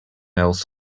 else